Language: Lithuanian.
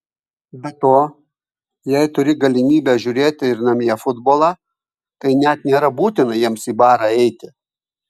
be to jei turi galimybę žiūrėti ir namie futbolą tai net nėra būtina jiems į barą eiti